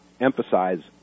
emphasize